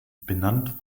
benannt